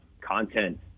content